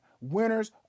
Winners